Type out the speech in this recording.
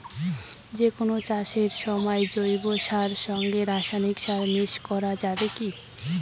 যে কোন চাষের সময় জৈব সারের সঙ্গে রাসায়নিক মিশ্রিত করা যাবে কি?